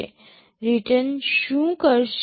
return શું કરશે